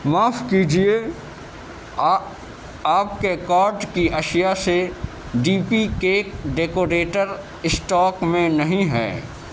معاف کیجیے آ آپ کے کارٹ کی اشیاء سے D P cake decorator stock میں نہیں ہے